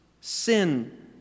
sin